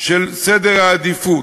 של סדר העדיפויות.